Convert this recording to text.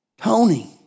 Tony